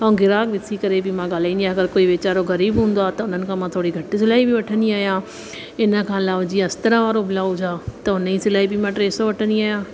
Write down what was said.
ऐं ग्राहक बि ॾिसी करे बि मां ॻाल्हाइंदी आहियां अगरि कोई वीचारो गरीब हूंदो आहे त हुननि खां मां घटि सिलाई बि वठंदी आहियां इन खां अलावा जीअं अस्तरु वारो ब्लाउज आहे त हुनजी सिलाई बि मां टे सौ वठंदी आहियां